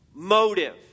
motive